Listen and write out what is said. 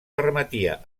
permetia